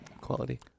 quality